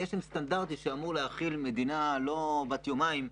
גשם סטנדרטי לא במדינה בת יומיים,